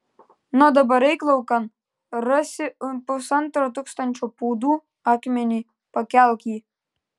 na dabar eik laukan rasi pusantro tūkstančio pūdų akmenį pakelk jį